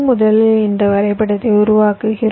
முதலில் இந்த வரைபடத்தை உருவாக்குகிறோம்